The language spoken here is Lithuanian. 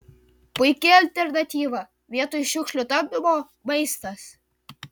puiki alternatyva vietoj šiukšlių tampymo maistas